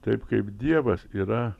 taip kaip dievas yra